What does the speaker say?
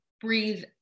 breathe